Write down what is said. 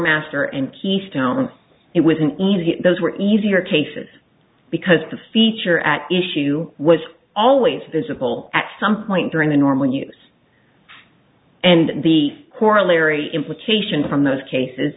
master and keystones it was an easy those were easier cases because the feature at issue was always visible at some point during the normal news and the corollary implication from those cases